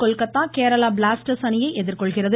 Kolkata Kerala Blasters அணியை எதிர்கொள்கிறது